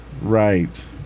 right